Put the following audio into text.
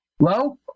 Hello